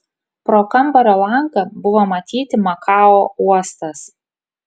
pro kambario langą buvo matyti makao uostas